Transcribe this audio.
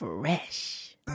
Fresh